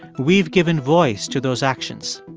we've given voice to those actions.